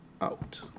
out